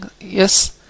yes